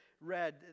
read